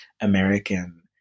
American